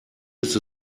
ist